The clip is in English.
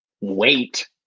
Wait